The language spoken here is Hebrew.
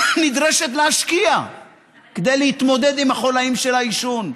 נדרשת להשקיע כדי להתמודד עם החוליים של העישון.